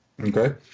okay